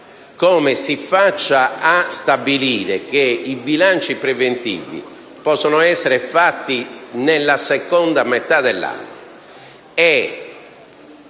Come si faccia a stabilire che i bilanci preventivi possano essere redatti nella seconda metà dell'anno